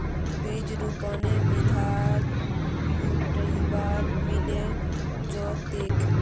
बीज रोपनेर विधि यूट्यूबत मिले जैतोक